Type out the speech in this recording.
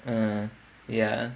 uh ya